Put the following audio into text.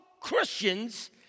Christians